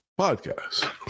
podcast